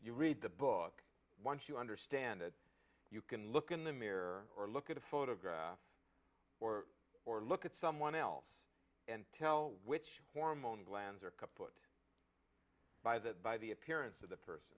you read the book once you understand that you can look in the mirror or look at a photograph or look at someone else and tell which hormone glands or couple by the by the appearance of the person